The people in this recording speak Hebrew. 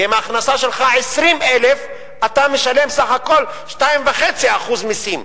ואם ההכנסה שלך 20,000 אתה משלם בסך הכול 2.5% מסים.